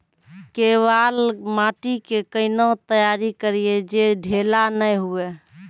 केवाल माटी के कैना तैयारी करिए जे ढेला नैय हुए?